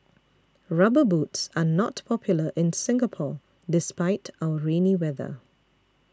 rubber boots are not popular in Singapore despite our rainy weather